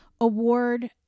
award